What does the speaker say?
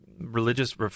religious